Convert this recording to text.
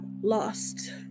lost